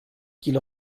qu’il